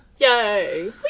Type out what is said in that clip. Yay